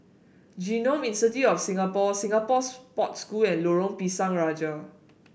Genome Institute of Singapore Singapore Sports School and Lorong Pisang Raja